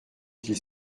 qu’il